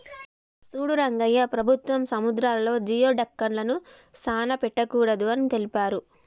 సూడు రంగయ్య ప్రభుత్వం సముద్రాలలో జియోడక్లను సానా పట్టకూడదు అని తెలిపారు